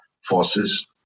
forces